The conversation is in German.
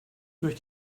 durch